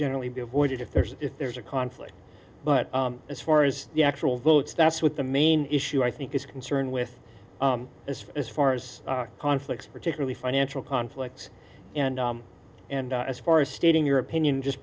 generally be avoided if there's if there's a conflict but as far as the actual votes that's what the main issue i think is concerned with as far as far as conflicts particularly financial conflicts and and as far as stating your opinion just